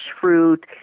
fruit